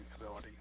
ability